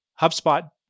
HubSpot